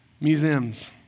Museums